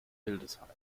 hildesheim